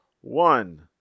one